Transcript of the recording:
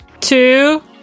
Two-